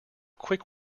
quick